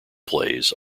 plays